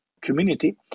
Community